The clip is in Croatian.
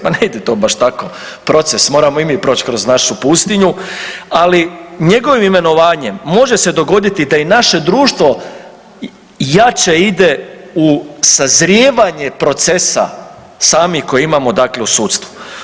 Pa ne ide to baš tako, proces, moramo i mi proći kroz našu pustinju, ali njegovim imenovanjem može se dogoditi da i naše društvo jače ide u sazrijevanje procesa sami koje imamo dakle u sudstvu.